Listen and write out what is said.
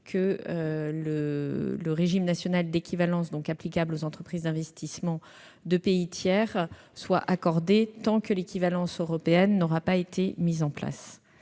que le régime national d'équivalence applicable aux entreprises d'investissement de pays tiers soit en vigueur tant que l'équivalence européenne n'aura pas été mise en place.